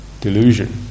delusion